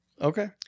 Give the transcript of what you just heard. okay